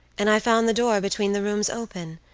and i found the door between the rooms open,